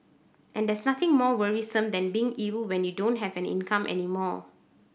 and there's nothing more worrisome than being ill when you don't have an income any more